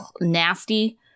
nasty